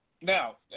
now